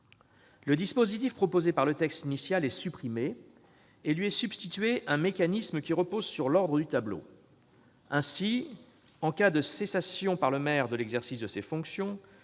Le dispositif proposé dans le texte initial est supprimé et lui est substitué un mécanisme qui repose sur l'ordre du tableau. Ainsi, en cas de cessation par le maire de l'exercice de ses fonctions,